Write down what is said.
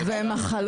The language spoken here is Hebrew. אין עודף תחלואה מכל